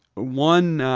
one,